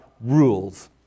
rules